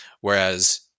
Whereas